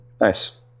Nice